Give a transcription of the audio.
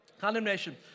Condemnation